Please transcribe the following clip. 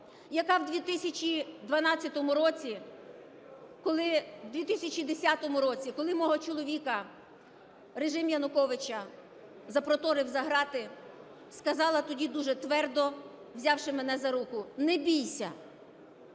коли у 2010 році мого чоловіка режим Януковича запроторив за ґрати, сказала тоді дуже твердо, взявши мене за руку: "Не бійся!"